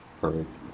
Perfect